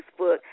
facebook